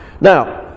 Now